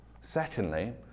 Secondly